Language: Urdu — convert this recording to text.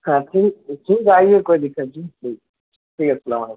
ہاں ٹھیک ٹھیک ہے آئیے کوئی دقت نہیں ٹھیک ہے ٹھیک ہے السلام علیکم